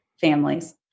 families